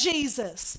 Jesus